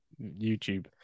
YouTube